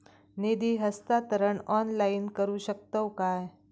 निधी हस्तांतरण ऑनलाइन करू शकतव काय?